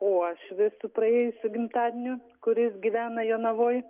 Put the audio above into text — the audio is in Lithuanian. uošvį su praėjusiu gimtadieniu kuris gyvena jonavoj